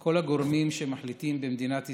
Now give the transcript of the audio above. כל הגורמים שמחליטים במדינת ישראל,